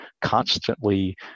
constantly